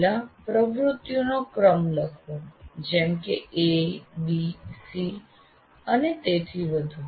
પહેલા પ્રવૃત્તિઓનો ક્રમ લખો જેમ કે એ બી સી અને તેથી વધુ